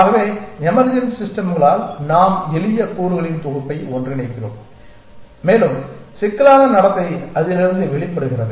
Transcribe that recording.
ஆகவே எமர்ஜென்ட் சிஸ்டம்களால் நாம் எளிய கூறுகளின் தொகுப்பை ஒன்றிணைக்கிறோம் மேலும் சிக்கலான நடத்தை அதிலிருந்து வெளிப்படுகிறது